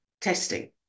testing